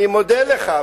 אני מודה לך,